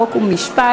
חוק ומשפט.